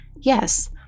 Yes